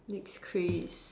next craze